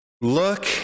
Look